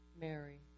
Mary